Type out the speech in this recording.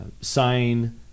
sign